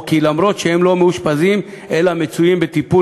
או כי למרות שהם לא מאושפזים אלא מצויים בטיפול